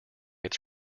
its